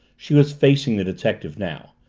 she was facing the detective now,